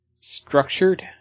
structured